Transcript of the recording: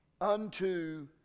unto